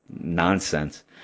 nonsense